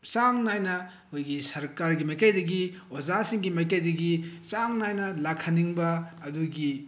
ꯆꯥꯡ ꯅꯥꯏꯅ ꯑꯩꯈꯣꯏꯒꯤ ꯁꯔꯀꯥꯔꯒꯤ ꯃꯥꯏꯀꯩꯗꯒꯤ ꯑꯣꯖꯥꯁꯤꯡꯒꯤ ꯃꯥꯏꯀꯩꯗꯒꯤ ꯆꯥꯡ ꯅꯥꯏꯅ ꯂꯥꯛꯍꯟꯅꯤꯡꯕ ꯑꯗꯨꯒꯤ